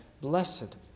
blessed